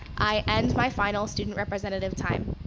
i end my final student representative time.